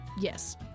Yes